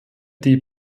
die